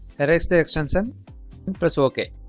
erase the extension press ok